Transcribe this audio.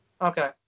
okay